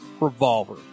revolver